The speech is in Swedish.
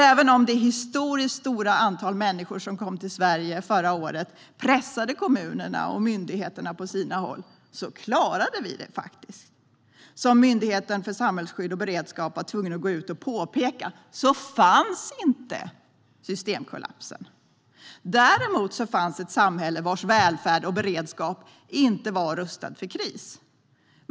Även om det historiskt stora antal människor som kom till Sverige förra året pressade kommunerna och myndigheterna på sina håll klarade vi det faktiskt. Som Myndigheten för samhällsskydd och beredskap var tvungen att gå ut och påpeka fanns inte systemkollapsen. Däremot fanns ett samhälle vars välfärd och beredskap inte var rustat för kris.